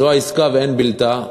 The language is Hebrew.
זו העסקה ואין בלתה.